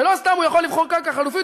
ולא סתם הוא יכול לבחור קרקע חלופית,